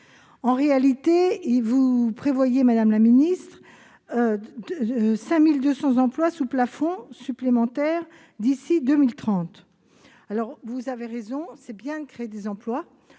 En réalité, vous prévoyez, madame la ministre, 5 200 emplois sous plafond supplémentaires d'ici à 2030. Vous avez raison, c'est bien créer des emplois.